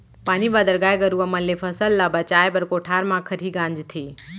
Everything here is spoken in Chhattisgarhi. पानी बादर, गाय गरूवा मन ले फसल ल बचाए बर कोठार म खरही गांजथें